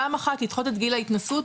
פעם אחת לדחות את גיל ההתנסות,